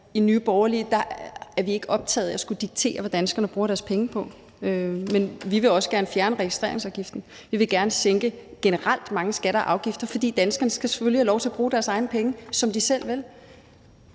i Nye Borgerlige er vi ikke optaget af at skulle diktere, hvad danskerne bruger deres penge på. Men vi vil også gerne fjerne registreringsafgiften. Vi vil generelt gerne sænke mange skatter og afgifter, for danskerne skal selvfølgelig have lov til at bruge deres egne penge, som de selv vil.